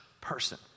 person